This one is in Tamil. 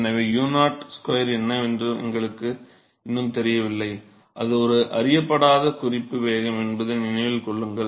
எனவே u02 என்னவென்று எங்களுக்கு இன்னும் தெரியவில்லை அது ஒரு அறியப்படாத குறிப்பு வேகம் என்பதை நினைவில் கொள்ளுங்கள்